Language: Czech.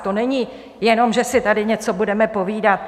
To není jenom, že si tady něco budeme povídat.